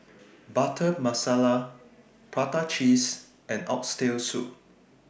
Butter Masala Prata Cheese and Oxtail Soup